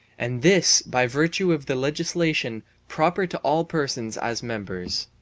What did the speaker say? and this by virtue of the legislation proper to all persons as members.